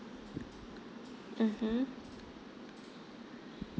mmhmm